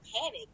panic